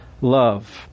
love